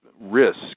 risk